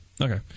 Okay